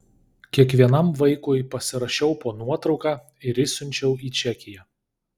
kiekvienam vaikui pasirašiau po nuotrauka ir išsiunčiau į čekiją